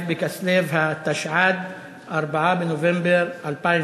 ולגיטימי לשאול את השאלות ולקבל את התשובות.